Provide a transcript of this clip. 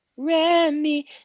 Remy